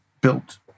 built